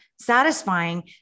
satisfying